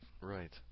right